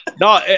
No